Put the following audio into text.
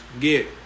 get